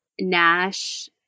Nash